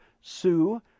sue